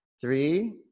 Three